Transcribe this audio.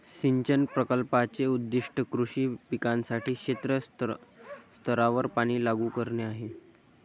सिंचन प्रकल्पाचे उद्दीष्ट कृषी पिकांसाठी क्षेत्र स्तरावर पाणी लागू करणे आहे